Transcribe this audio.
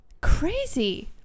crazy